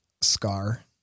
Scar